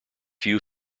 few